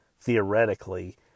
theoretically